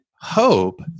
hope